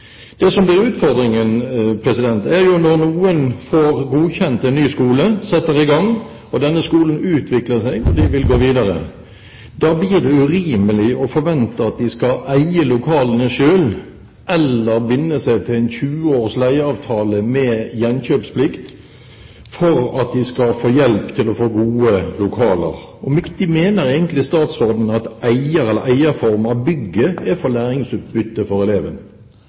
Det som blir utfordringen, er når noen får godkjent en ny skole, setter i gang, og denne skolen utvikler seg, og de vil gå videre. Da blir det urimelig å forvente at de skal eie lokalene selv eller binde seg til en 20 års leieavtale med gjenkjøpsplikt for at de skal få hjelp til å få gode lokaler. Hvor viktig mener egentlig statsråden at eier eller eierform av bygget er for læringsutbyttet for